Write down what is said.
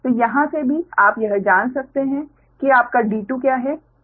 तो यहाँ से भी आप यह जान सकते हैं कि आपका d2 क्या है आपका d2 क्या होगा